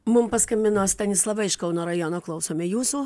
mum paskambino stanislava iš kauno rajono klausome jūsų